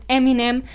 Eminem